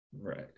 right